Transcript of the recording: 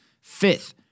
Fifth